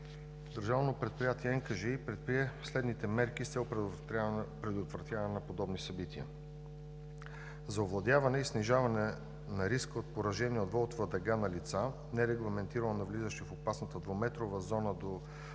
Държавното предприятие НКЖИ предприе следните мерки с цел предотвратяване на подобни събития. За овладяване и снижаване на риска от поражения от волтова дъга на лица, нерегламентирано навлизащи в опасната двуметрова зона до